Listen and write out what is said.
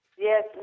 Yes